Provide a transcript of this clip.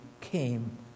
came